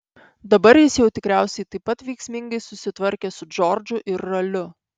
dabar jis jau tikriausiai taip pat veiksmingai susitvarkė su džordžu ir raliu